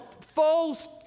false